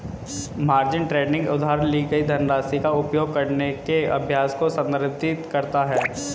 margin trading उधार ली गई धनराशि का उपयोग करने के अभ्यास को संदर्भित करता है